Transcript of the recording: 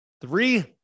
Three